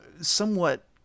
somewhat